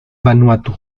vanuatu